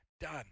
done